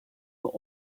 were